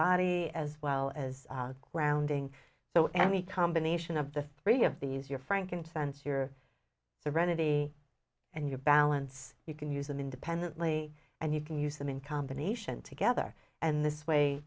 body as well as grounding so any combination of the three of these your frankincense your serenity and your balance you can use them independently and you can use them in combination together and this way